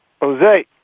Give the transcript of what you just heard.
Jose